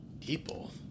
People